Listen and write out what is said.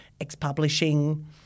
ex-publishing